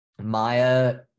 Maya